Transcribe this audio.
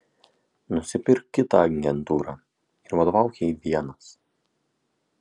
nusipirk kitą agentūrą ir vadovauk jai vienas